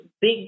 big